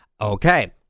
Okay